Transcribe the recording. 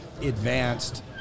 advanced